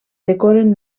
decoren